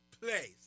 place